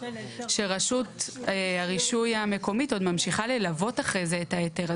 שרשות הרישוי המקומית עוד ממשיכה ללוות אחרי זה את ההיתר,